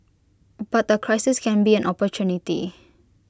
but A crisis can be an opportunity